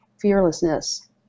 fearlessness